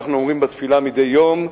אנחנו אומרים בתפילה מדי יום: